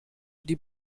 die